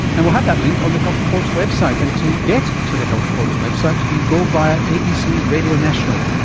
and we'll have that link on the health report's website, and to get to the health report's website you go via abc radio national.